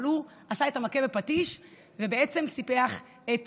אבל הוא עשה את המכה בפטיש וסיפח את